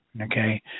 okay